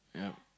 yup